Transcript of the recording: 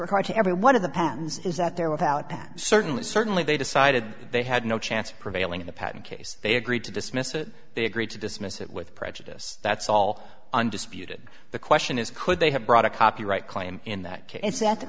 regard to every one of the pens is out there without that certainly certainly they decided they had no chance of prevailing in the patent case they agreed to dismiss it they agreed to dismiss it with prejudice that's all undisputed the question is could they have brought a copyright claim in that case at th